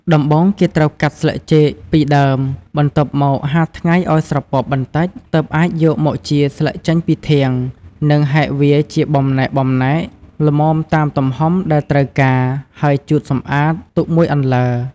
ដំបូង គេត្រូវកាត់ស្លឹកចេកពីដើម បន្ទាប់មកហាលថ្ងៃឱ្យស្រពាប់បន្តិច ទើបអាចយកមកចៀរស្លឹកចេញពីធាង និងហែកវាជាបំណែកៗ ល្មមតាមទំហំដែលត្រូវការ ហើយជូតសម្អាត ទុកមួយអន្លើ។